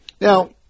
Now